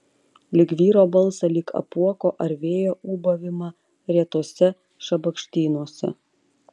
lyg vyro balsą lyg apuoko ar vėjo ūbavimą retuose šabakštynuose